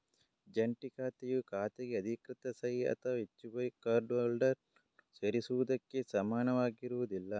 ಜಂಟಿ ಖಾತೆಯು ಖಾತೆಗೆ ಅಧಿಕೃತ ಸಹಿ ಅಥವಾ ಹೆಚ್ಚುವರಿ ಕಾರ್ಡ್ ಹೋಲ್ಡರ್ ಅನ್ನು ಸೇರಿಸುವುದಕ್ಕೆ ಸಮನಾಗಿರುವುದಿಲ್ಲ